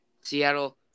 Seattle